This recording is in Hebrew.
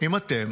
אם אתם